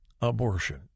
abortion